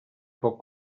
pot